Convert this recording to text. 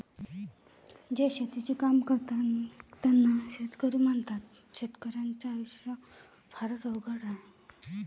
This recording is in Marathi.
जे शेतीचे काम करतात त्यांना शेतकरी म्हणतात, शेतकर्याच्या आयुष्य फारच अवघड आहे